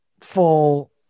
full